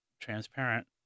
transparent